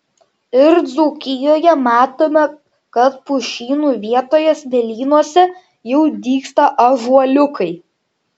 ir dzūkijoje matome kad pušynų vietoje smėlynuose jau dygsta ąžuoliukai